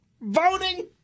voting